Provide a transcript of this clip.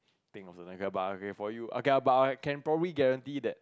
think of also okay for you okay but I can probably guarantee that